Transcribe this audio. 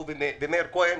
הוא ומאיר כהן,